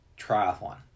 triathlon